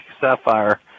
sapphire